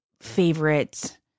favorite